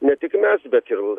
ne tik mes bet ir